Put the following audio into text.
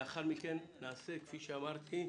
לאחר מכן נעשה, כפי שאמרתי,